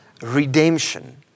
redemption